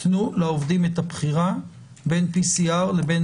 תנו לעובדים את הבחירה בין PCR לבין